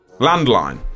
Landline